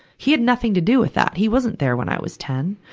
he had nothing to do with that. he wasn't there when i was ten.